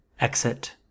Exit